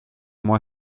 moi